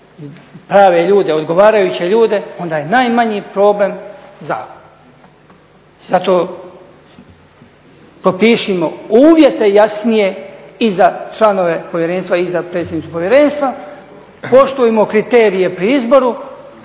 prave ljude, odgovarajuće ljude onda je najmanji problem zakon. I zato propišimo uvjete jasnije i za članove povjerenstva i za predsjednicu povjerenstva, poštujmo kriterije pri izboru